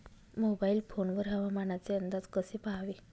Mobile phone वर हवामानाचे अंदाज कसे पहावे?